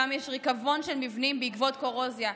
שם יש ריקבון של מבנים בעקבות קורוזיה.